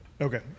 Okay